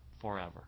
forever